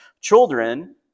Children